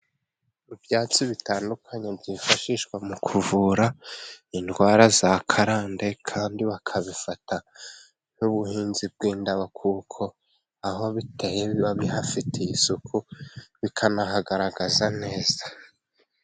Mu byatsi bitandukanye byifashishwa mu kuvura indwara za karande， kandi bakabifata nk'ubuhinzi bw'indabo， kuko aho biteye biba bihafite isuku， bikanahagaragaza neza.